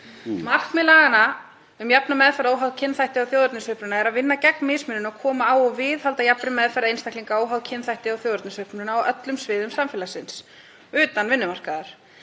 Markmið laganna um jafna meðferð óháð kynþætti eða þjóðernisuppruna er að vinna gegn mismunun og koma á og viðhalda jafnri meðferð einstaklinga óháð kynþætti og þjóðernisuppruna á öllum sviðum samfélagsins utan vinnumarkaðar.